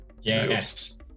yes